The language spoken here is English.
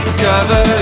cover